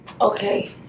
Okay